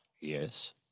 yes